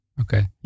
Okay